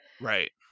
right